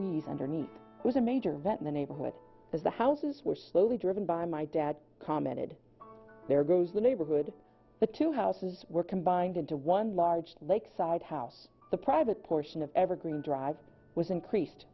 journey was a major event in the neighborhood as the houses were slowly driven by my dad commented there goes the neighborhood the two houses were combined into one large lakeside house the private portion of evergreen drive was increased